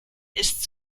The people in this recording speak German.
ist